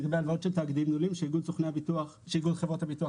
לגבי הלוואות של תאגידים גדולים שאיגוד חברות הביטוח